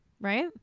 right